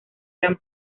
eran